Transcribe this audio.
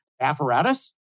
apparatus